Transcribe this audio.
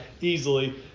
easily